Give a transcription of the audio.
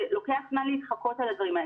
זה לוקח זמן להתחקות אחר הדברים האלה.